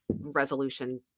resolution